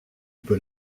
peux